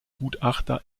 gutachter